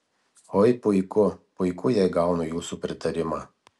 oi puiku puiku jei gaunu jūsų pritarimą